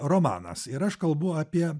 romanas ir aš kalbu apie